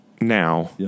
now